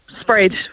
spread